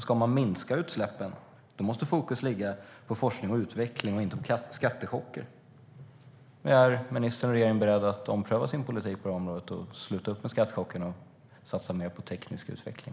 Ska man minska utsläppen, då måste fokus ligga på forskning och utveckling och inte på skattechocker. Är ministern och regeringen beredda att ompröva sin politik på det här området, sluta upp med skattechockerna och satsa mer på teknisk utveckling?